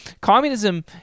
Communism